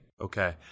Okay